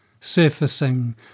Surfacing